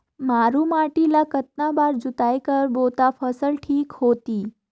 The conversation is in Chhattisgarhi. मारू माटी ला कतना बार जुताई करबो ता फसल ठीक होती?